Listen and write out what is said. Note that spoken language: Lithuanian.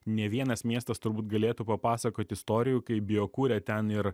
ne vienas miestas turbūt galėtų papasakot istorijų kai biokure ten ir